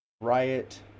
Riot